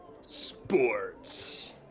Sports